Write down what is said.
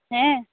ᱦᱮᱸ